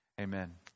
Amen